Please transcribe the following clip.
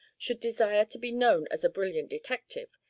should desire to be known as a brilliant detective,